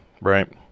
Right